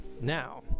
Now